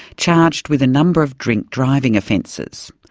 charged with a number of drink driving offences.